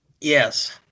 yes